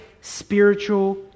spiritual